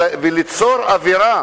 ליצור אווירה